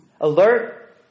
Alert